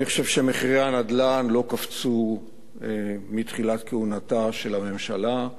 אני חושב שמחירי הנדל"ן לא קפצו מתחילת כהונתה של הממשלה,